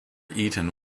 eaten